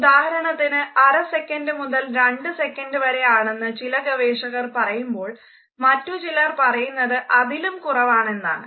ഉദാഹരണത്തിന് അര സെക്കൻഡ് മുതൽ രണ്ട് സെക്കൻഡ് വരെ ആണെന്ന് ചില ഗവേഷകർ പറയുമ്പോൾ മറ്റു ചിലർ പറയുന്നത് അതിലും കുറവാണെന്നാണ്